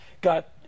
got